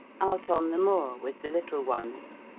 out on the moor with the little ones,